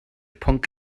pwnc